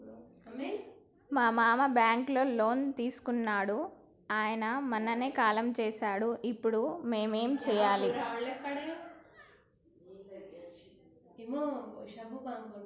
మా మామ బ్యాంక్ లో లోన్ తీసుకున్నడు అయిన మొన్ననే కాలం చేసిండు ఇప్పుడు మేం ఏం చేయాలి?